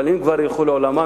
אבל אם כבר ילכו לעולמם,